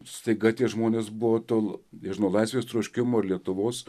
staiga tie žmonės buvo toli nežinau laisvės troškimo ir lietuvos